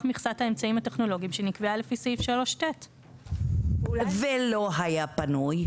מכסת האמצעים הטכנולוגיים שנקבעה לפי סעיף 3ט. ולא היה פנוי?